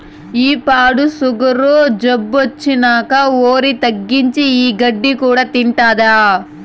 ఈ పాడు సుగరు జబ్బొచ్చినంకా ఒరి తగ్గించి, ఈ గడ్డి కూడా తింటాండా